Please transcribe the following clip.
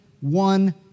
one